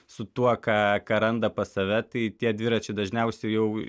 su tuo ką ką randa pas save tai tie dviračiai dažniausiai jau